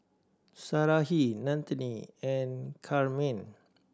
Sarahi Nannette and Carmine